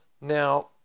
Now